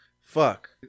Fuck